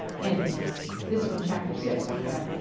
anthony this from chapter six, i'll bet.